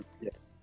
Yes